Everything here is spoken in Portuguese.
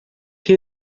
que